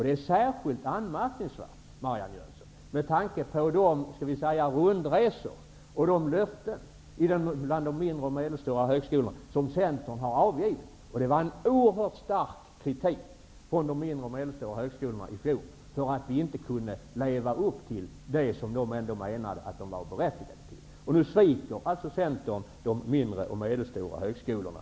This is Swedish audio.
Det är särskilt anmärkningsvärt, Marianne Jönsson, med tanke på de rundresor som har gjorts och de löften bland de mindre och medelstora högskolorna som Centern har avgett. Det var en oerhört stark kritik från de mindre och medelstora högskolorna i fjol för att vi inte kunde leva upp till det som de menade att de var berättigade till. Nu sviker Centern alltså de mindre och medelstora högskolorna.